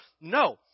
No